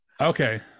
Okay